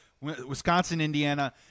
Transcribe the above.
Wisconsin-Indiana